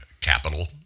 capital